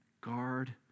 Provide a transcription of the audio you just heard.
guard